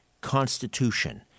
constitution